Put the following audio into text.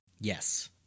Yes